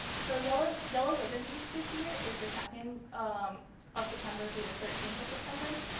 so yellow yellow ribbon week this year is the second um of september through the thirteenth of september,